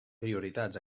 prioritats